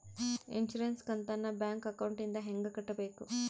Insurance ಕಂತನ್ನ bank ಅಕೌಂಟಿಂದ ಹೆಂಗ ಕಟ್ಟಬೇಕು?